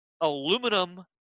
aluminum